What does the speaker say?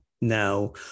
now